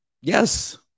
yes